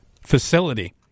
facility